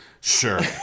Sure